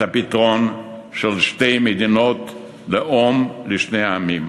הפתרון של שתי מדינות לאום לשני העמים.